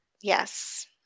yes